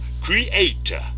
creator